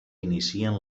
inicien